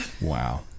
wow